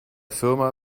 firma